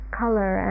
color